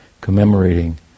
commemorating